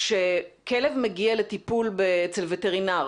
כשכלב מגיע לטיפול אצל וטרינר,